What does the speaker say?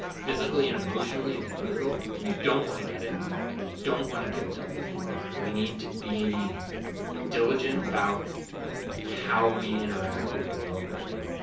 physically and emotionally, is brutal. and you don't want to get it and you don't want to give it to other people. we need to be diligent about how we interact with the world right now.